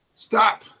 Stop